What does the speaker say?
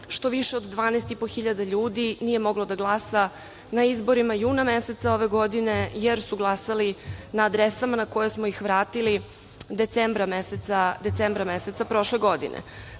što više od 12.500 ljudi nije moglo da glasa na izborima juna meseca ove godine, jer su glasali na adresama na koje smo ih vratili decembra meseca prošle godine. Smatram